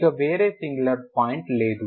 ఇక వేరే singular point లేదు